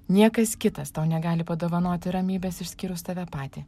niekas kitas tau negali padovanoti ramybės išskyrus tave patį